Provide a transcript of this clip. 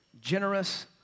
Generous